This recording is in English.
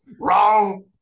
Wrong